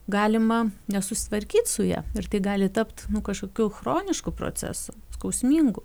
galima nesusitvarkyt su ja ir tai gali tapt kažkokiu chronišku procesu skausmingu